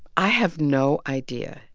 i have no idea.